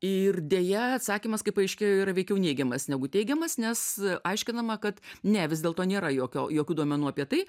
ir deja atsakymas kaip paaiškėjo yra veikiau neigiamas negu teigiamas nes aiškinama kad ne vis dėlto nėra jokio jokių duomenų apie tai